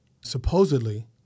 supposedly